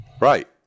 right